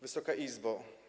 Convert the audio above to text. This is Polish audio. Wysoka Izbo!